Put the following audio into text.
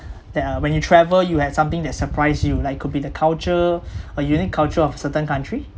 that uh when you travel you had something that surprised you like could be the culture a unique culture of a certain country